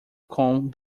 com